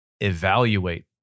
evaluate